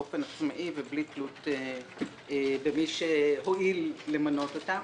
באופן עצמאי ובלי תלות למי שהואיל למנות אותם.